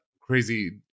crazy